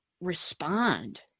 respond